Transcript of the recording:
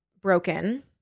broken